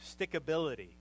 stickability